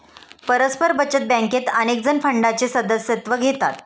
परस्पर बचत बँकेत अनेकजण फंडाचे सदस्यत्व घेतात